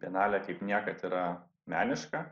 bianalė kaip niekad yra meniška